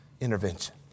intervention